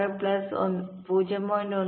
6 plus 0